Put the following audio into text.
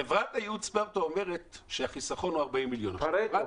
חברת הייעוץ אומרת שהחיסכון הוא 40 מיליון -- פרטו,